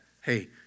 Hey